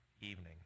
evening